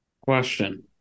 Question